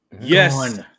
Yes